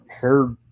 hair